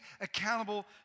accountable